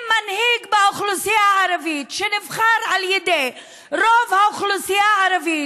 אם מנהיג באוכלוסייה הערבית שנבחר על ידי רוב האוכלוסייה הערבית,